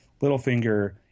Littlefinger